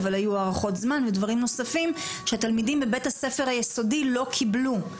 אבל היו הארכות זמן ודברים נוספים שהתלמידים בבית הספר היסודי לא קיבלו,